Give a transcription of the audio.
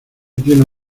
tiene